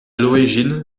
l’origine